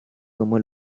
como